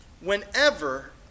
whenever